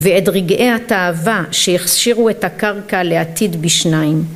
ואת רגעי התאווה שיכשירו את הקרקע לעתיד בשניים.